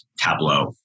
Tableau